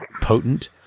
potent